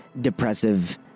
depressive